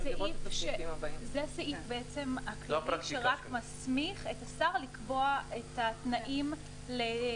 זה סעיף כללי שמסמיך את השר לקבוע את התנאים לתצפית בית.